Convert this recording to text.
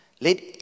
Let